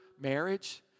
marriage